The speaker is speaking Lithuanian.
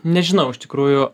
nežinau iš tikrųjų